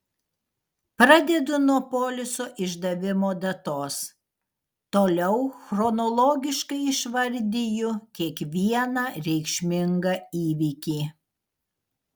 pradedu nuo poliso išdavimo datos toliau chronologiškai išvardiju kiekvieną reikšmingą įvykį